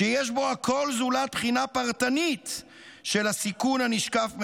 שיש בו הכול זולת בחינה פרטנית של הסיכון הנשקף מאדם,